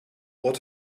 what